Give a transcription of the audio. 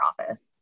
office